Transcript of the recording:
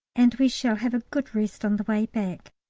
and we shall have a good rest on the way back.